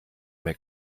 mehr